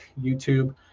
YouTube